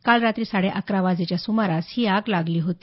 काल रात्री साडे अकरा वाजेच्या सुमारास ही आग लागली होती